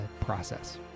process